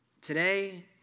today